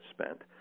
spent